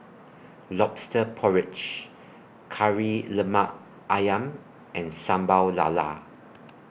Lobster Porridge Kari Lemak Ayam and Sambal Lala